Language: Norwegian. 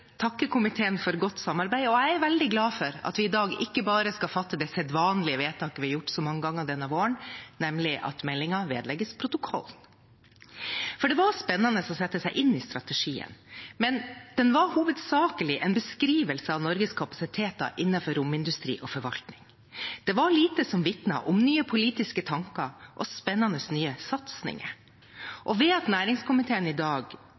komiteen for godt samarbeid, og jeg er veldig glad for at vi i dag ikke bare skal fatte det sedvanlige vedtaket vi har gjort så mange ganger denne våren, nemlig at meldingen vedlegges protokollen. Det var spennende å sette seg inn i strategien, men den var hovedsakelig en beskrivelse av Norges kapasiteter innenfor romindustri og -forvaltning. Det var lite som vitnet om nye politiske tanker og spennende nye satsinger, og ved at næringskomiteen i dag